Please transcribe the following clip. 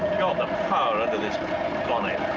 the power under this bonnet!